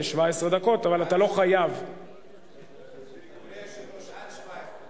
שרצועת השידור לא תפחת מ-12 שעות ביום,